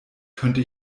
könnte